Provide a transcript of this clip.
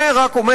זה רק אומר,